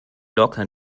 locker